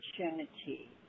opportunity